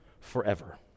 forever